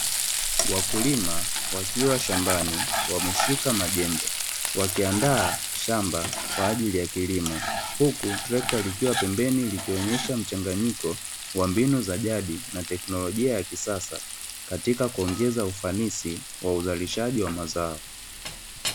Wakulima wakiwa shambani, wameshikamajembe wakiandaa shamba kwa ajili ya kilimo, huku trekta likwa pembeni likionyesha mchanganyiko wa mbinu jadi na teknolojia ya kissasa kuongeza ufanisi wa uzalishaji wa mzao.